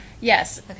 Yes